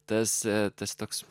tas tas toks